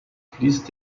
fließt